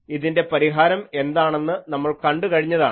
ഇതിൻ്റെ പരിഹാരം എന്താണെന്ന് നമ്മൾ കണ്ടു കഴിഞ്ഞതാണ്